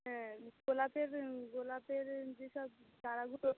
হ্যাঁ গোলাপের গোলাপের যেসব চারাগুলো